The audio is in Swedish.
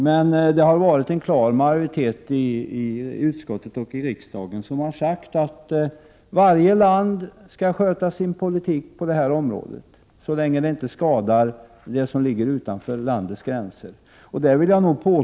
Men det har funnits en klar majoritet i utskottet och i riksdagen som sagt att varje land skall sköta sin politik på det här området, så länge den inte orsakar skador utanför landets gränser.